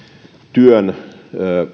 työn